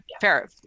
Fair